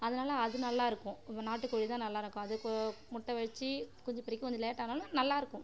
அதனால அது நல்லாயிருக்கும் நாட்டுக் கோழிதான் நல்லாயிருக்கும் அதுக்கு முட்டை வச்சு குஞ்சு பொரிக்க கொஞ்சம் லேட்டானாலும் நல்லாயிருக்கும்